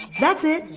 that's it.